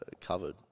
covered